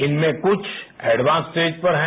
इनमें से कुछ एडवान्स स्टेज पर हैं